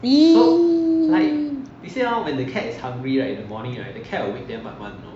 !ee!